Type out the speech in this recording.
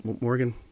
Morgan